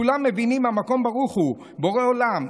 כולם מבינים: המקום ברוך הוא, בורא עולם.